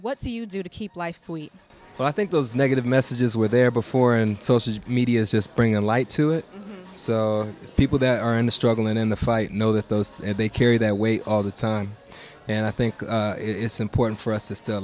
what do you do to keep life sweet so i think those negative messages were there before and social media is just bringing light to it so people that are in the struggle and in the fight know that those and they carry that way all the time and i think it's important for us to